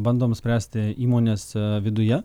bandom spręsti įmonėse viduje